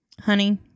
honey